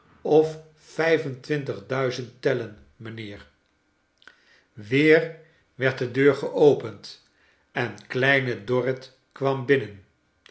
vijfentwintig duizend tellen mrjnheer weer werd de deur geopend en kleine dorrit kwam binnen